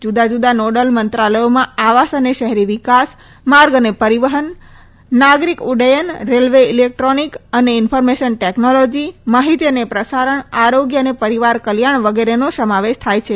જુદા જુદા નોડલ મંત્રાલયોમાં આવાસ અને શહેરી વિકાસ માર્ગ અને પરીવહન નાગરીક ઉડૃયન રેલવે ઈલેકટ્રોનીક અને ઈન્ફોર્મેશન ટેકનોલોજી માહિતી અને પ્રસારણ આરોગ્ય અને પરીવાર કલ્યાણ વગેરેનો સમાવેશ થાય છે